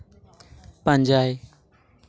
ᱯᱟᱸᱡᱟᱭ